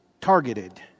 targeted